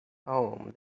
home